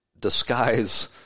disguise